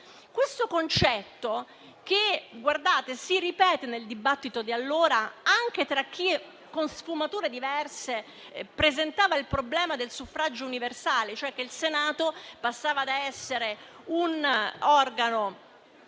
Questo concetto si ripeté nel dibattito di allora, anche tra chi, con sfumature diverse, presentava il problema del suffragio universale: il Senato passava ad essere da un organo